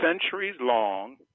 centuries-long